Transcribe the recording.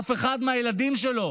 אף אחד מהילדים שלו